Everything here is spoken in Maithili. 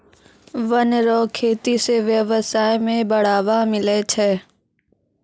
वन रो खेती से व्यबसाय में बढ़ावा मिलै छै